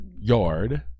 yard